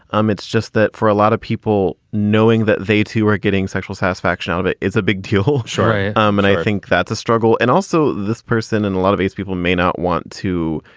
um, it's just that for a lot of people, knowing that they too are getting sexual satisfaction out of it is a big deal. sure. um and i think that's a struggle. and also this person and a lot of these people may not want to.